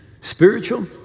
spiritual